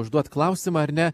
užduot klausimą ar ne